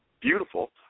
beautiful